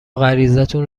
غریزتون